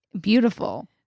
beautiful